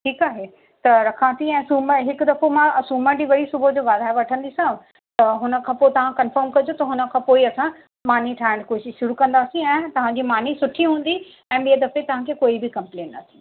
ठीकु आहे त रखां थी ऐं सूम हिकु दफ़ो मां सूमरु वरी सुबूह जो ॻाल्हाए वठंदीसाओं त हुनखां पोइ तव्हां कंफ़र्म कजो त हुन खां पोई असां मानी ठाहिण कोसी शरू कंदासीं ऐं तव्हांजी मानी सुठी हुंदी ऐं ॿिए दफ़े तव्हांखे कोई बि कमप्लेंट न थींदी